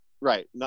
Right